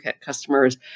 customers